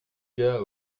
gars